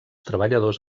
treballadors